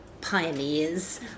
pioneers